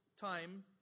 time